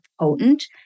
potent